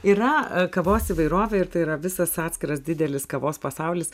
yra kavos įvairovė ir tai yra visas atskiras didelis kavos pasaulis